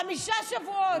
חמישה שבועות.